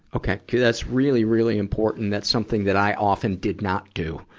okay. cuz that's really, really important. that's something that i often did not do.